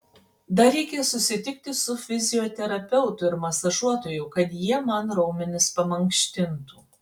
dar reikia susitikti su fizioterapeutu ir masažuotoju kad jie man raumenis pamankštintų